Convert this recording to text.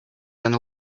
than